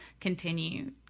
continue